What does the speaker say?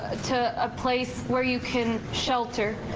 ah to a place where you can shelter.